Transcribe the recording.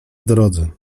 drodze